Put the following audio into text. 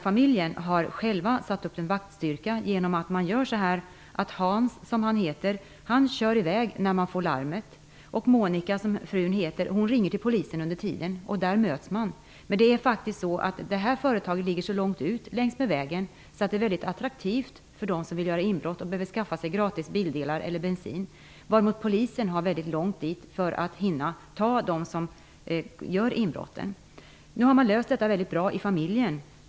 Familjen har själv satt upp en vaktstyrka. Hans, som mannen heter, kör i väg när den får larmet och Monika, som hustrun heter, ringer under tiden till polisen. Där möts man. Företaget ligger längs med vägen, och det är ett mycket attraktivt ställe för dem som vill göra inbrott för att skaffa sig bildelar eller bensin gratis, eftersom det är väldigt långt dit och polisen har svårt att hinna dit för att ta dem som gör inbrotten. Man har nu löst detta bra inom familjen.